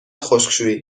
خشکشویی